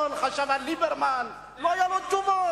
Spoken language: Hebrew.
חשב על ליברמן, לא היו לו תשובות.